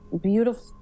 Beautiful